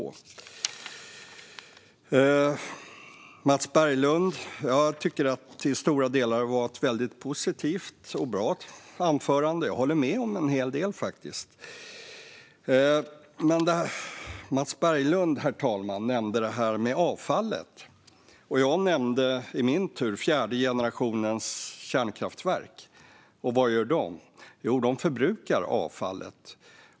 Jag tycker att Mats Berglunds anförande till stora delar var väldigt positivt och bra. Jag håller med om en hel del, faktiskt. Mats Berglund nämnde avfallet, herr talman, och jag nämnde i min tur fjärde generationens kärnkraftverk. Vad gör de? Jo, de förbrukar avfallet.